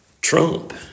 Trump